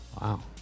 Wow